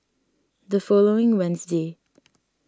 the following Wednesday